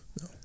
No